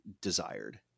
desired